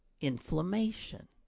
inflammation